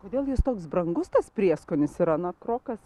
kodėl jis toks brangus tas prieskonis yra nuo krokas gi